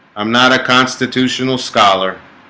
i'm not a constitutional scholar